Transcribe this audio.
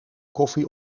koffie